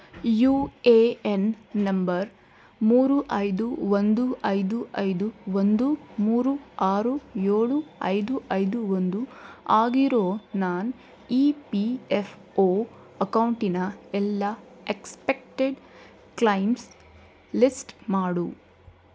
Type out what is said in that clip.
you A N number ಮೂರು ಐದು ಒಂದು ಐದು ಐದು ಒಂದು ಮೂರು ಆರು ಏಳು ಐದು ಐದು ಒಂದು ಆಗಿರೋ ನನ್ನ ಇ ಪಿ ಎಫ್ ಒ ಅಕೌಂಟಿನ ಎಲ್ಲ ಎಕ್ಸ್ಪೆಕ್ಟೆಡ್ ಕ್ಲೈಮ್ಸ್ ಲಿಸ್ಟ್ ಮಾಡು